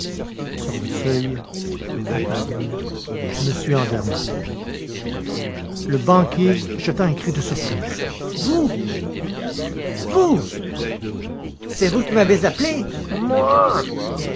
sur le seuil apparut m andermatt le banquier jeta un cri de surprise vous vous c'est vous qui m'avez appelé moi